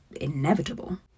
inevitable